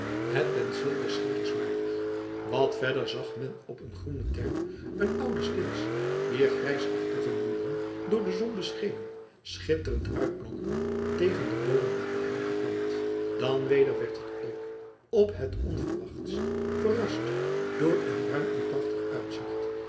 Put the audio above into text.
het penseel des schilders waardig wat verder zag men op een groene terp een oude stins wier grijsachtige muren door de zon beschenen schitterend uitblonken tegen de boomen daaromheen geplant dan weder werd het oog op het onverwachtst verrast door een ruim en prachtig uitzicht